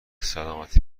سلامتی